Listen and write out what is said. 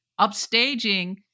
upstaging